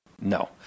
No